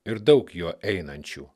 ir daug juo einančių